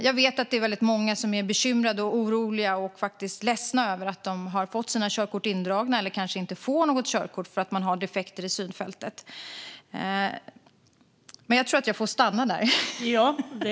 Jag vet att det är många som är bekymrade, oroliga och faktiskt ledsna över att de har fått sina körkort indragna eller kanske inte får något körkort för att de har defekter i synfältet. Men jag tror att jag får stanna där, för min talartid är slut.